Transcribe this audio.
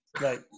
right